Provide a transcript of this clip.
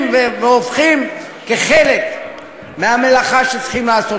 והופכים לחלק מהעושים במלאכה שצריך לעשות.